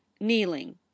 kneeling